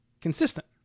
consistent